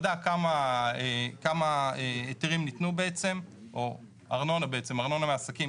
בדק כמה ארנונה לעסקים,